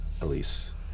Elise